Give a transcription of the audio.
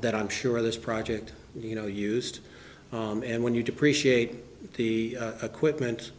that i'm sure this project you know used and when you depreciate the equipment